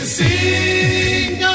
sing